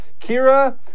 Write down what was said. kira